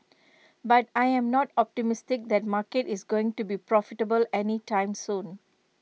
but I'm not optimistic that market is going to be profitable any time soon